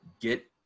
get